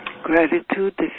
gratitude